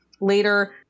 later